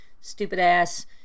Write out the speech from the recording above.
stupid-ass